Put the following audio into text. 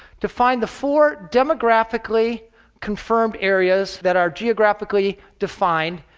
to find the four demographically confirmed areas that are geographically defined.